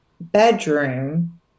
bedroom